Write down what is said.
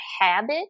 habit